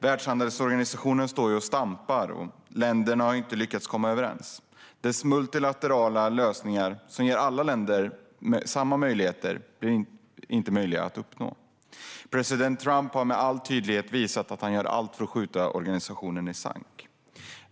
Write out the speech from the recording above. Världshandelsorganisationen står och stampar - länderna har inte lyckats komma överens. Dess multilaterala lösningar, som ger alla länder samma möjligheter, blir inte möjliga att uppnå. President Trump har med all tydlighet visat att han gör allt för att skjuta organisationen i sank.